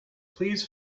please